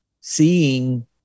seeing